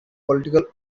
political